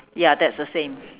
ya that's the same